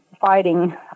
fighting